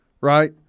right